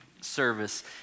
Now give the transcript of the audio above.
service